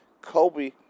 Kobe